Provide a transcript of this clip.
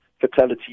fatality